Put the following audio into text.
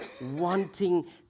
wanting